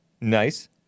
Nice